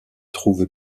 trouve